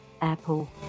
apple